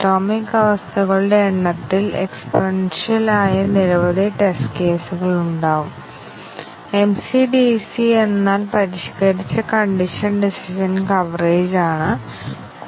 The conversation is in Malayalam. സ്റ്റേറ്റ്മെന്റ് കവറേജ് ഏറ്റവും ദുർബലമാണ് തുടർന്ന് ഞങ്ങൾക്ക് ഈ തീരുമാനമോ ബ്രാഞ്ച് കവറേജോ ഉണ്ട് തുടർന്ന് ഞങ്ങൾക്ക് ഈ അടിസ്ഥാന അവസ്ഥ പരിരക്ഷയും തുടർന്ന് ഒന്നിലധികം അവസ്ഥ കവറേജും ഉണ്ട്